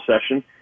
session